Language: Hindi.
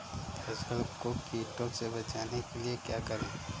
फसल को कीड़ों से बचाने के लिए क्या करें?